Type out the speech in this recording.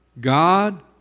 God